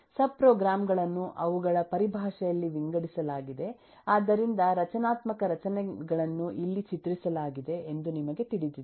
subprogram ಗಳನ್ನು ಅವುಗಳ ಪರಿಭಾಷೆಯಲ್ಲಿ ವಿಂಗಡಿಸಲಾಗಿದೆ ಆದ್ದರಿಂದ ರಚನಾತ್ಮಕ ರಚನೆಗಳನ್ನು ಇಲ್ಲಿ ಚಿತ್ರಿಸಲಾಗಿದೆ ಎಂದು ನಿಮಗೆ ತಿಳಿದಿದೆ